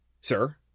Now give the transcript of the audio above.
sir